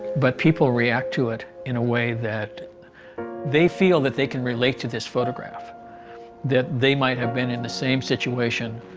but people react to it in a way that they feel that they can relate to this photograph that they might have been in the same situation,